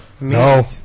No